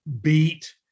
beat